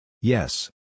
Yes